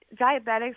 diabetics